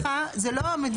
מי שפונה אליך זה לא המבוטח.